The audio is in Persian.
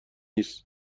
نیست